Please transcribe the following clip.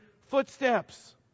footsteps